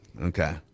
Okay